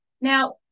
Now